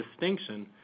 distinction